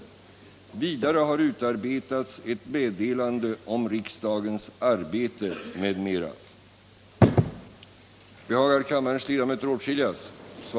Vidare har utarbetats ett meddelande om riksdagens arbete m.m.